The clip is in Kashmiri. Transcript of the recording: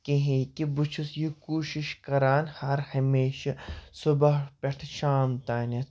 کِہیٖنۍ کہِ بہٕ چھُس یہِ کوٗشِش کَران ہَر ہمیشہِ صُبح پٮ۪ٹھ شام تانٮ۪تھ